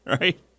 Right